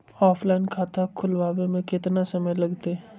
Offline खाता खुलबाबे में केतना समय लगतई?